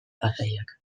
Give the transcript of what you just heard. pasaiak